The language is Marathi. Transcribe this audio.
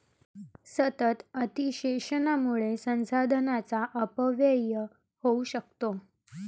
सतत अतिशोषणामुळे संसाधनांचा अपव्यय होऊ शकतो